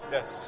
Yes